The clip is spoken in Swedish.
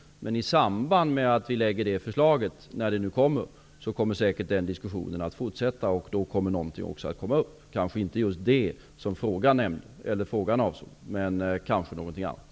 Men i samband med att vi lägger fram det här förslaget -- när det nu blir -- kommer den diskussionen säkert att fortsätta. Då kommer någonting också att komma upp, kanske inte just det som frågan avsåg, men kanske någonting annat.